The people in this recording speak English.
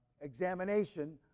examination